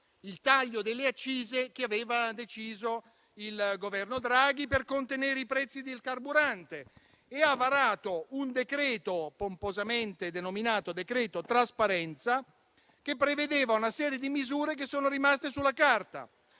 il taglio delle accise deciso dal Governo Draghi per contenere i prezzi del carburante e ha varato un decreto, pomposamente denominato decreto trasparenza, che prevedeva una serie di misure che sono rimaste sulla carta.